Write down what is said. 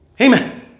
Amen